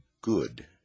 good